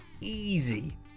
easy